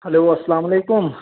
hello اسلامُ علیکم